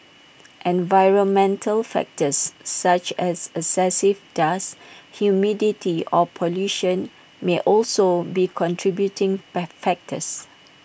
environmental factors such as excessive dust humidity or pollution may also be contributing factors